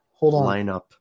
lineup